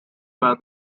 wear